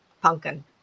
pumpkin